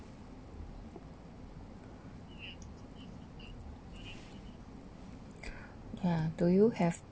ah do you have